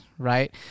Right